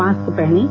mask पहनें